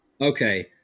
Okay